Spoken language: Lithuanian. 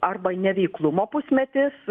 arba neveiklumo pusmetis